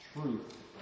truth